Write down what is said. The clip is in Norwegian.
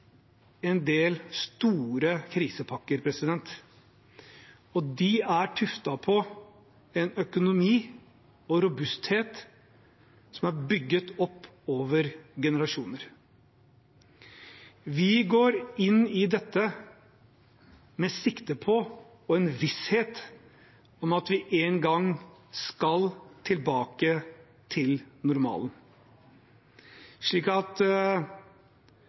en del store krisepakker, og de er tuftet på en økonomi og en robusthet som er bygget opp over generasjoner. Vi går inn i dette med sikte på og en visshet om at vi en gang skal tilbake til normalen, slik at